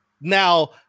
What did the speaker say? Now